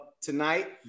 tonight